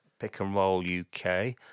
pickandrolluk